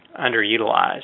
underutilized